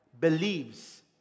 believes